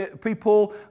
people